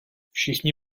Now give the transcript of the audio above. všichni